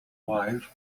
wife